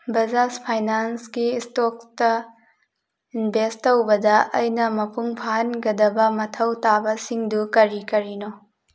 ꯕꯖꯥꯖ ꯐꯥꯏꯅꯥꯟꯁꯀꯤ ꯏꯁꯇꯣꯛꯇ ꯏꯟꯚꯦꯁ ꯇꯧꯕꯗ ꯑꯩꯅ ꯃꯄꯨꯡ ꯐꯥꯍꯟꯒꯗꯕ ꯃꯊꯧ ꯇꯥꯕꯁꯤꯡꯗꯨ ꯀꯔꯤ ꯀꯔꯤꯅꯣ